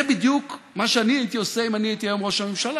זה בדיוק מה שאני הייתי עושה אם אני הייתי היום ראש הממשלה.